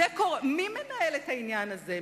מי מנהל את העניין הזה,